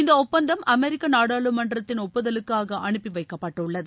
இந்த ஒப்பந்தம் அமெரிக்க நாடாளுமன்றத்தின் ஒப்புதலுக்காக அனுப்பி வைக்கப்பட்டுள்ளது